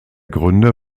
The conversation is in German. gründe